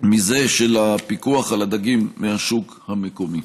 מזה של הפיקוח על הדגים מהשוק המקומי.